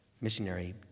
missionary